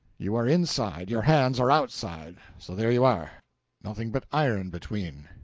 you are inside, your hands are outside so there you are nothing but iron between.